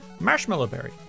Marshmallowberry